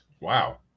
Wow